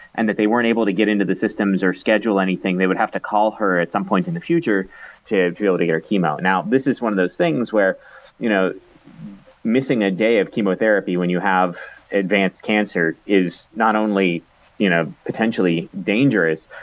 and that they weren't able to get into the systems or schedule anything, they would have to call her at some point in the future to be able to get her chemo now, this is one of those things where you know missing a day of chemotherapy when you have advanced cancer is not only you know potentially dangerous,